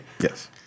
Yes